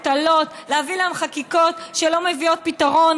שמבוטלות, להביא להם חקיקות שלא מביאות פתרון.